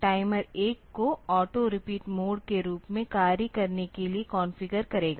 तो यह इस टाइमर 1 को ऑटो रिपीट मोड के रूप में कार्य करने के लिए कॉन्फ़िगर करेगा